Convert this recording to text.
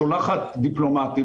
שולחת דיפלומטים.